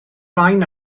ymlaen